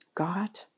God